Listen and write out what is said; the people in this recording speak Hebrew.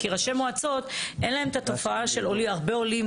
כי ראשי מועצות אין להם את התופעה של הרבה עולים,